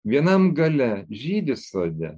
vienam gale žydi sode